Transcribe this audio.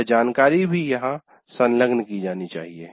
वह जानकारी भी यहां संलग्न की जानी चाहिए